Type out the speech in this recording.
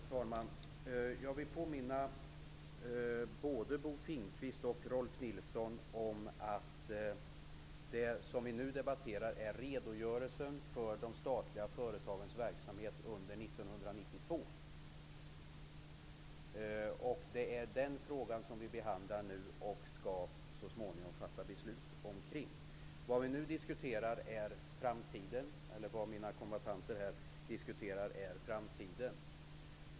Herr talman! Jag vill påminna både Bo Finnkvist och Rolf L Nilson om att det som vi nu debatterar är redogörelsen för de statliga företagens verksamhet under 1992. Det är den frågan vi så småningom skall fatta beslut om. Mina kombattanter diskuterar framtiden.